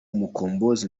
mukombozi